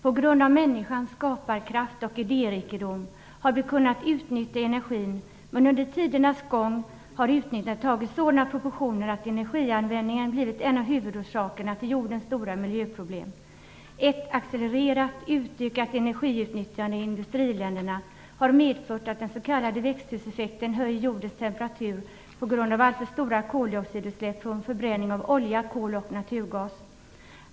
På grund av människans skaparkraft och idérikedom har vi kunnat utnyttja energin. Men under tidernas gång har utnyttjandet tagit sådana proportioner att energianvändningen har blivit en av huvudorsakerna till jordens stora miljöproblem. Ett accelererat utökat energiutnyttjande i industriländerna har medfört att den s.k. växthuseffekten höjer jordens temperatur på grund av alltför stora koldioxidutsläpp från förbränning av olja, kol och naturgas.